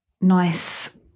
nice